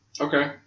Okay